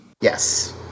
Yes